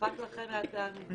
ופתאום חזרתם אחורה.